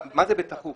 מה זה "בתכוף